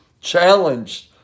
challenged